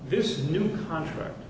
this new contract